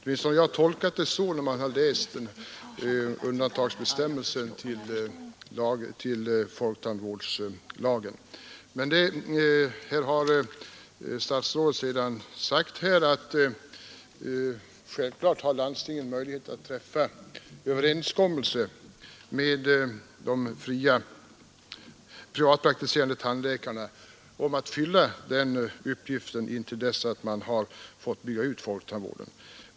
Åtminstone har jag tolkat det så när jag har läst folktandvårdslagens undantagsbestämmelse. Här har statsrådet sedan sagt att självfallet har landstingen möjlighet att träffa överenskommelse med de fria privatpraktiserande tandläkarna om att fylla den uppgiften intill dess att man har byggt ut folktandvården.